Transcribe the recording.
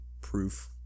proof